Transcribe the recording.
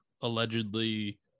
allegedly